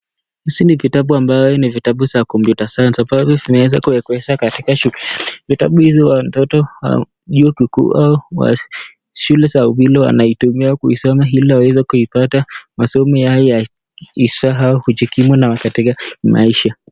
Hizi ni vitabu ambayo ni vitabu za Computer Science ambavyo vimeezwa kuekeshwa katika shule. Vitabu hizi watoto au chuo kikuu au shule za upili wanaitumia kuisoma hilo ili kuipata masomo yao la isahao kujikimu nayo katika maisha